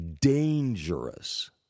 dangerous